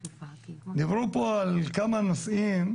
דיברו פה על כמה נושאים,